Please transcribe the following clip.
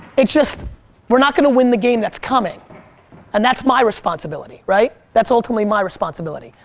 it's just we're not gonna win the game that's coming and that's my responsibility, right? that's ultimately my responsibility.